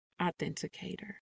authenticator